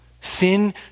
Sin